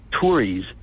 Tories